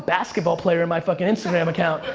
basketball player in my fucking instagram account,